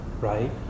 right